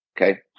okay